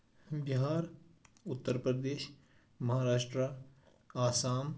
Bihar Uttar Pradesh Maharashtra Assam